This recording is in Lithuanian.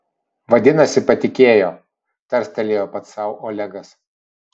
vadinasi patikėjo tarstelėjo pats sau olegas